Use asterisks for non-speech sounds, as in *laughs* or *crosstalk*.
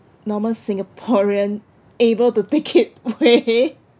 normal singaporean able to take it way *laughs*